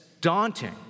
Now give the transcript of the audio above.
daunting